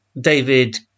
David